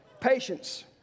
Patience